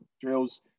drills